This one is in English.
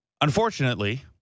Unfortunately